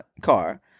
car